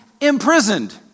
imprisoned